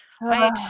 right